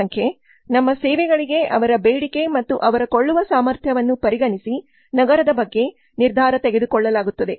ಜನಸಂಖ್ಯೆ ನಮ್ಮ ಸೇವೆಗಳಿಗೆ ಅವರ ಬೇಡಿಕೆ ಮತ್ತು ಅವರ ಕೊಳ್ಳುವ ಸಾಮರ್ಥ್ಯವನ್ನು ಪರಿಗಣಿಸಿ ನಗರದ ಬಗ್ಗೆ ನಿರ್ಧಾರ ತೆಗೆದುಕೊಳ್ಳಲಾಗುತ್ತದೆ